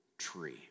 Tree